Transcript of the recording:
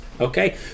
okay